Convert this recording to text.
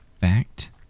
Fact